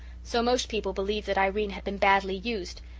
so most people believed that irene had been badly used,